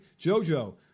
Jojo